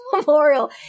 memorial